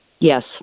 Yes